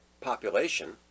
population